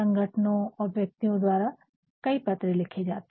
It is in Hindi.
संगठनों और व्यक्तियों द्वारा कई पत्र लिखे जाते है